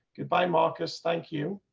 goodbye. marcus. thank you.